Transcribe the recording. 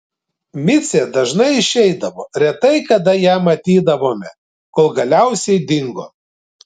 micė dažnai išeidavo retai kada ją matydavome kol galiausiai dingo